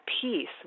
peace